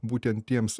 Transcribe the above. būtent tiems